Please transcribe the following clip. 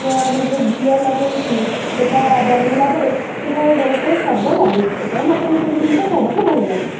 ଆମର ଯେଉଁ ଆମର ଘିଅ ଲଗେଇକି ସେଇଟା ବନେଇଲା ପରେ ସେଇଟା ବହୁତ ସ୍ୱାଦ ଲାଗେ ସେଥିପାଇଁ ମୋତେ ଏସବୁ ଜିନିଷ ଖାଇବାକୁ ଭଲ ଲାଗେ